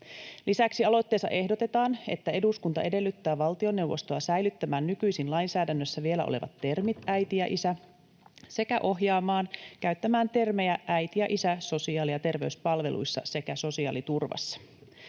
Lisäksi aloitteessa ehdotetaan, että eduskunta edellyttää valtioneuvostoa säilyttämään nykyisin lainsäädännössä vielä olevat termit ”äiti” ja ”isä” sekä ohjaamaan käyttämään termejä ”äiti” ja ”isä” sosiaali- ja terveyspalveluissa sekä sosiaaliturvassa.